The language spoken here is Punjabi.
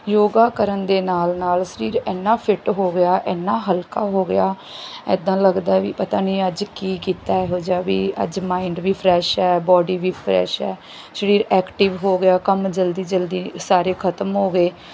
ਯੋਗਾ ਕਰਨ ਦੇ ਨਾਲ ਨਾਲ ਸਰੀਰ ਇੰਨਾ ਫਿੱਟ ਹੋ ਗਿਆ ਇੰਨਾ ਹਲਕਾ ਹੋ ਗਿਆ ਇੱਦਾਂ ਲੱਗਦਾ ਵੀ ਪਤਾ ਨਹੀਂ ਅੱਜ ਕਿ ਕੀਤਾ ਇਹੋ ਜਿਹਾ ਵੀ ਅੱਜ ਮਾਇੰਡ ਵੀ ਫਰੈਸ਼ ਹੈ ਬਾਡੀ ਵੀ ਫਰੈਸ਼ ਹੈ ਸਰੀਰ ਐਕਟਿਵ ਹੋ ਗਿਆ ਕੰਮ ਜਲਦੀ ਜਲਦੀ ਸਾਰੇ ਖਤਮ ਹੋ ਗਏ